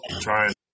trying